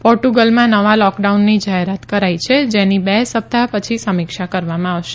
પોર્ટુગલમાં નવા લોકડાઉનની જાહેરાત કરાઇ છે જેની બે સપ્તાહ્ર પછી સમિક્ષા કરવામાં આવશે